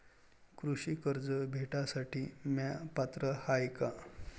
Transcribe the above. कृषी कर्ज भेटासाठी म्या पात्र हाय का?